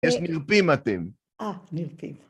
איזה נרפים אתם. אה, נרפים.